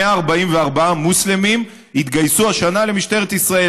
144 מוסלמים התגייסו השנה למשטרת ישראל.